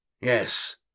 Yes